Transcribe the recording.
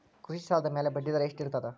ಕೃಷಿ ಸಾಲದ ಮ್ಯಾಲೆ ಬಡ್ಡಿದರಾ ಎಷ್ಟ ಇರ್ತದ?